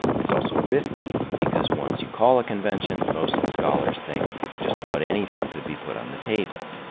it's also risky because once you call a convention, most scholars think just about anything could be put on the table,